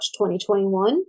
2021